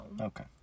Okay